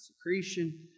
secretion